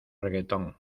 reggaeton